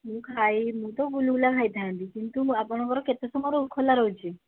ମୁଁ ଖାଇ ମୁଁ ତ ଗୁଲୁଗୁଲା ଖାଇଥାନ୍ତି କିନ୍ତୁ ଆପଣଙ୍କର କେତେ ସମୟ ଖୋଲା ରହୁଛି